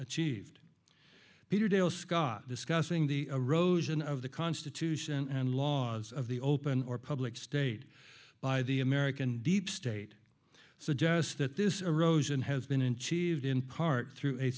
achieved peter dale scott discussing the erosion of the constitution and laws of the open or public state by the american deep state suggest that this erosion has been in civi in part through a